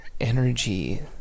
energy